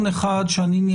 אי-אפשר